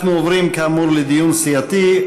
אנחנו עוברים כאמור לדיון סיעתי.